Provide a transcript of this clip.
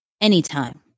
anytime